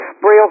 Braille